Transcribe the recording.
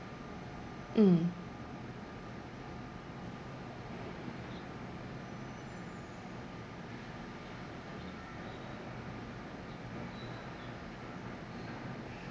mm